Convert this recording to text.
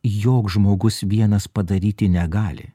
joks žmogus vienas padaryti negali